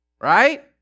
Right